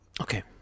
Okay